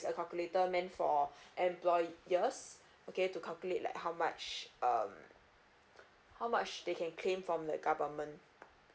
a calculator meant for employers okay to calculate like how much uh how much they can claim from the government